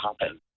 happen